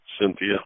Cynthia